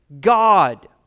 God